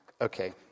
Okay